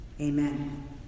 Amen